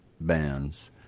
bands